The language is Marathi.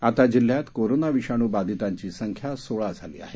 आता जिल्ह्यात कोरोना विषाणू बाधितांची संख्या सोळा झाली आहे